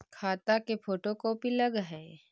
खाता के photo copy लगहै?